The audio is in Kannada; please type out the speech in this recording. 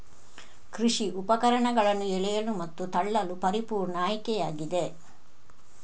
ಕೃಷಿ ಉಪಕರಣಗಳನ್ನು ಎಳೆಯಲು ಮತ್ತು ತಳ್ಳಲು ಪರಿಪೂರ್ಣ ಆಯ್ಕೆಯಾಗಿದೆ